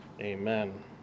amen